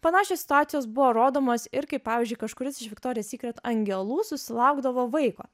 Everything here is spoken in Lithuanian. panašios situacijos buvo rodomos ir kaip pavyzdžiui kažkuris iš viktorijos sykret angelų susilaukdavo vaiko